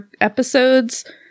episodes